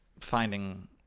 finding